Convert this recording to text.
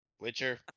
Witcher